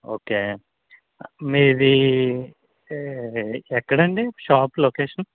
okay మీది ఎక్కడండి shop location